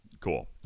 Cool